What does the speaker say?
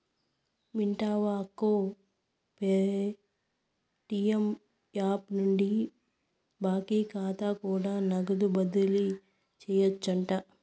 వింటివా అక్కో, Paytm app నుండి బాకీ కాతా కూడా నగదు బదిలీ సేయొచ్చంట